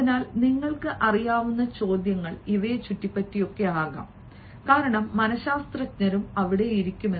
അതിനാൽ നിങ്ങൾക്ക് അറിയാവുന്ന ചോദ്യങ്ങൾ ഇവയെ ചുറ്റിപ്പറ്റിയാകാം കാരണം മനശസ്ത്രജ്ഞരും അവിടെ ഇരിക്കും